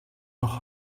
noch